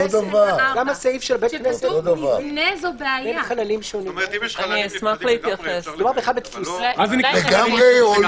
אם יש חללים נפרדים לגמרי, אפשר לקיים.